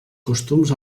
costums